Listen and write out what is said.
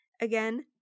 Again